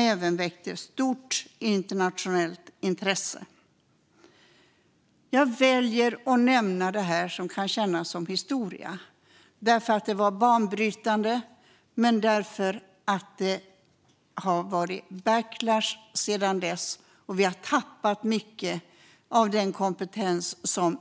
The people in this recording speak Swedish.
Detta väckte även stort internationellt intresse. Jag väljer att nämna detta, som kan kännas som historia, därför att det var banbrytande och för att det sedan dess har skett en backlash där vi har tappat mycket av den kompetens som